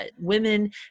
women